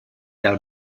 out